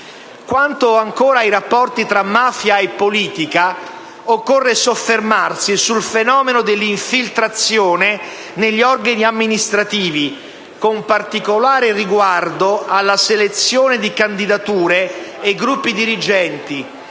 Quanto ancora ai rapporti tra mafia e politica, occorre soffermarsi sul fenomeno dell'infiltrazione negli organi amministrativi, con particolare riguardo alla selezione di candidature e gruppi dirigenti